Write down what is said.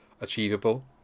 achievable